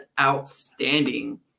outstanding